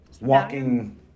walking